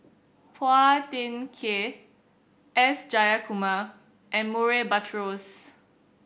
Phua Thin Kiay S Jayakumar and Murray Buttrose